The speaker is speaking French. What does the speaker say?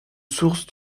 source